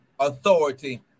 authority